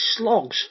slogs